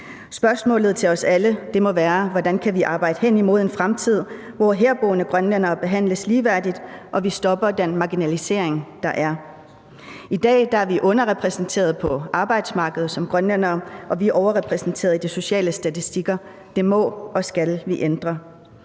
Spørgsmålet til os alle må være, hvordan vi kan arbejde hen imod en fremtid, hvor herboende grønlændere behandles ligeværdigt og vi stopper den marginalisering, der er. I dag er vi underrepræsenteret på arbejdsmarkedet som grønlændere, og vi er overrepræsenteret i de sociale statistikker – det må og skal vi ændre.